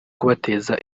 kubateza